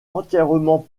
entièrement